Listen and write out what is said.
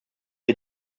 est